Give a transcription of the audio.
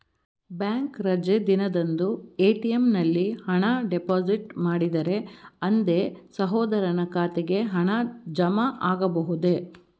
Bank ರಜೆ ದಿನದಂದು ATM ನಲ್ಲಿ ಹಣ ಡಿಪಾಸಿಟ್ ಮಾಡಿದರೆ ಅಂದೇ ಸಹೋದರನ ಖಾತೆಗೆ ಹಣ ಜಮಾ ಆಗಬಹುದೇ?